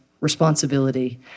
responsibility